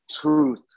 truth